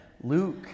Luke